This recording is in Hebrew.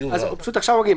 עכשיו מגיעים.